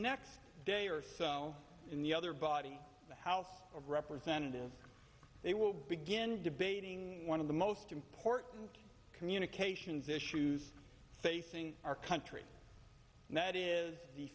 next day or in the other body the house of representatives they will begin debating one of the most important communications issues facing our country and that is the